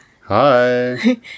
Hi